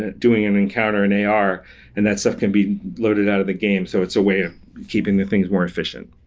and doing an encounter in ar, and that stuff can be loaded out of the game. so it's a way of keeping the things more efficient.